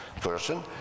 person